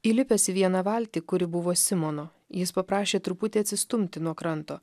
įlipęs į vieną valtį kuri buvo simono jis paprašė truputį atsistumti nuo kranto